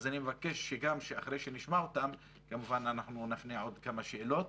אני מבקש אחרי שנשמע אותם שכמובן נפנה עוד כמה שאלות.